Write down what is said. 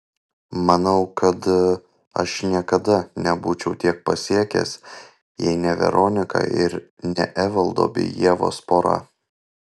manau kad aš niekada nebūčiau tiek pasiekęs jei ne veronika ir ne evaldo bei ievos pora